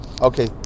okay